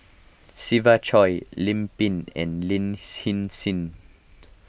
Siva Choy Lim Pin and Lin Hsin Hsin